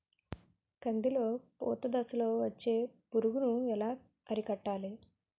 కందిలో పూత దశలో వచ్చే పురుగును ఎలా అరికట్టాలి?